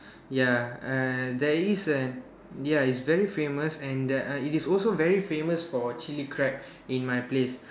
ya and there is an ya it's very famous and the it is also very famous for Chili crab in my place